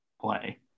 play